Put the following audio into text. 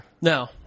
No